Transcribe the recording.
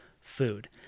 food